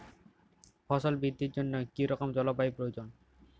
ফসল বৃদ্ধির জন্য কী রকম জলবায়ু প্রয়োজন?